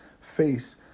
face